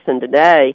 Today